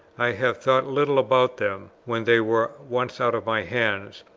i have thought little about them, when they were once out of my hands,